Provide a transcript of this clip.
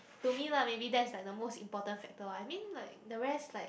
to me lah maybe that is like the most important factor I mean like the rest like